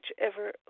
whichever